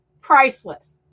priceless